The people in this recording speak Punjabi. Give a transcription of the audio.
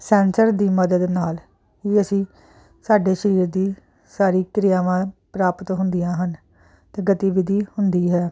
ਸੈਂਸਰ ਦੀ ਮਦਦ ਨਾਲ ਵੀ ਅਸੀਂ ਸਾਡੇ ਸਰੀਰ ਦੀ ਸਾਰੀ ਕਿਰਿਆਵਾਂ ਪ੍ਰਾਪਤ ਹੁੰਦੀਆਂ ਹਨ ਅਤੇ ਗਤੀਵਿਧੀ ਹੁੰਦੀ ਹੈ